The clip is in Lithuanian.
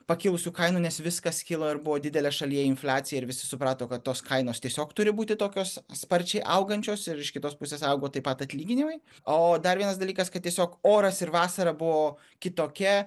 pakilusių kainų nes viskas kilo ir buvo didelė šalyje infliacija ir visi suprato kad tos kainos tiesiog turi būti tokios sparčiai augančios ir iš kitos pusės augo taip pat atlyginimai o dar vienas dalykas kad tiesiog oras ir vasara buvo kitokia